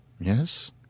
yes